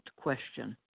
question